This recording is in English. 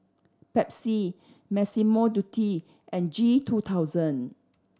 Pepsi Massimo Dutti and G two thousand